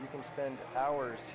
you can spend hours